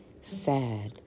sad